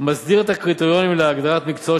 מסדיר את הקריטריונים להגדרת מקצועות